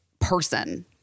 person